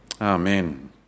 Amen